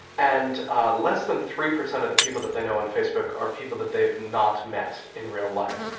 and less than three percent of the people that they know on facebook are people that they have not met in real life.